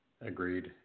Agreed